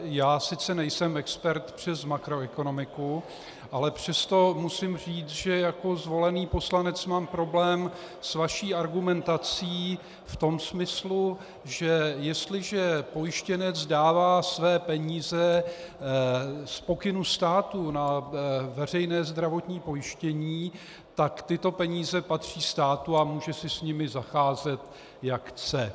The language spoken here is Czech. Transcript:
Já sice nejsem expert přes makroekonomiku, ale přesto musím říct, že jako zvolený poslanec mám problém s vaší argumentací v tom smyslu, že jestliže pojištěnec dává své peníze z pokynu státu na veřejné zdravotní pojištění, tak tyto peníze patří státu a může si s nimi zacházet, jak chce.